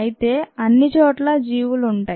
అయితే అన్ని చోట్లా జీవులు ఉంటాయి